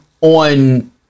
on